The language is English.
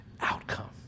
outcome